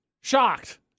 shocked